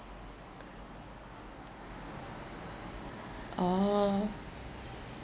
oh